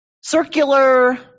circular